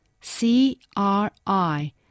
C-R-I